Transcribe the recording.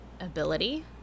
ability